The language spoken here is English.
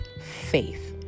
faith